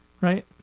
right